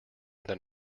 than